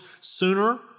sooner